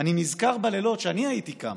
אני נזכר בלילות שאני הייתי קם